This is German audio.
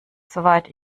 soweit